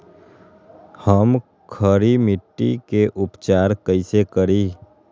हम खड़ी मिट्टी के उपचार कईसे करी?